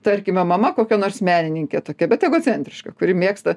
tarkime mama kokia nors menininkė tokia bet egocentriška kuri mėgsta